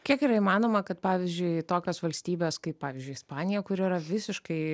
kiek yra įmanoma kad pavyzdžiui tokios valstybės kaip pavyzdžiui ispanija kuri yra visiškai